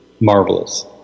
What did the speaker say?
marvelous